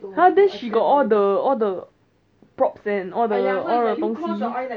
then she got all the all the props and all the 东西